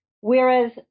Whereas